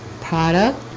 product